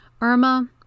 Irma